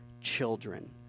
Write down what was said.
children